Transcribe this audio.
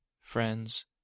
friends